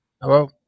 Hello